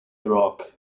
iraq